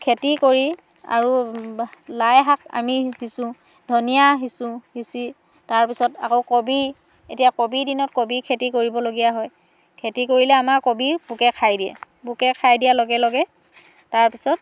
খেতি কৰি আৰু লাই শাক আমি সিঁচো ধনীয়া সিঁচো সিঁচি তাৰপিছত আকৌ কবি এতিয়া কবিৰ দিনত কবি খেতি কৰিবলগীয়া হয় খেতি কৰিলে আমাৰ কবি পোকে খাই দিয়ে পোকে খাই দিয়াৰ লগে লগে তাৰপিছত